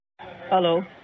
hello